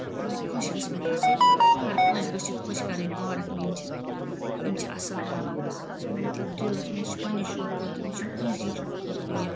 لوگ خۄش گژھن مےٚ گَژھٕنۍ یہِ ہَر کٲنسہِ گَژھِ یہِ خۄش کَرٕنۍ یہِ پارک میٲنۍ چھےٚ أمۍ چھِ اصل بنٲومٕژ یہِ چھِ مےٚمطلب دِلس مےٚ چھِ پَننہِ شوقہٕ خٲطرٕ مےٚ چھُنہٕ کٲنسہِ ہٕندِ شوقہٕ خٲظرٕ یہِ